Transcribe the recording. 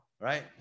right